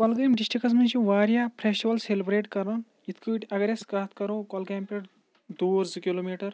کۅلہٕ گام ڈِسٹرکَس منٛز چھِ وارِیاہ فرٛشہول سیلبریٹ کَران یَِتھٕ پٲٹھۍ اَگَر أسۍ کتھ کَرو کۅلہٕ گامہِ پیٚٹھ دوٗر زٕ کِلوٗ میٖٹَر